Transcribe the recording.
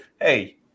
Hey